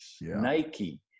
Nike